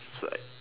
just like